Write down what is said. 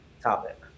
topic